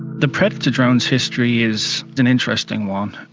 the predator drone's history is an interesting one,